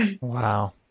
Wow